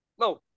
No